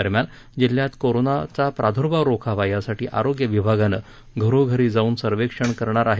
दरम्यान जिल्ह्यात कोरोनाचा प्रादुर्भाव रोखावा यासाठी आरोग्य विभागानं घरोघरी जाऊन सर्वेक्षण करणार आहे